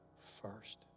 first